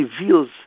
reveals